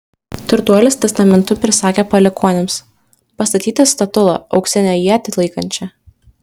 turtuolis testamentu prisakė palikuonims pastatyti statulą auksinę ietį laikančią